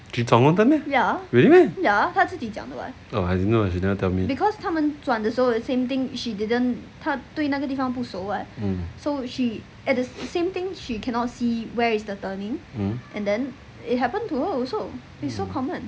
she 闯红灯 meh really meh oh I don't know she didn't tell me mm mm